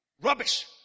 Rubbish